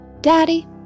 Daddy